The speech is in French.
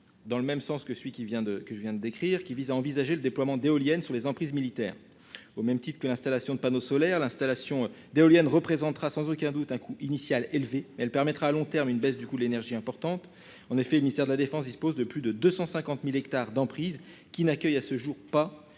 dans le même sens que celui qui vient de que je viens de décrire qui vise à envisager le déploiement d'éoliennes sur les emprises militaires au même titre que l'installation de panneaux solaires, l'installation d'éoliennes représentera sans aucun doute un coût initial élevé elle permettra à long terme une baisse du coût de l'énergie importante en effet, le ministère de la Défense dispose de plus de 250.000 hectares d'emprise qui n'accueille à ce jour pas